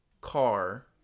car